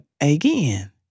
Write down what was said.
again